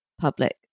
public